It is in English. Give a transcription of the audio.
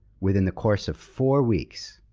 within the course of four weeks,